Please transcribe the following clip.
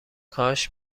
کاش